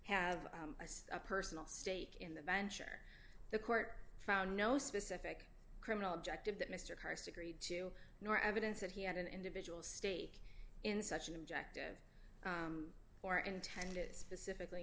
have a personal stake in the venture the court found no specific criminal objective that mr carson agreed to nor evidence that he had an individual stake in such an objective or intended specifically